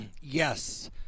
Yes